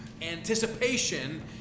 anticipation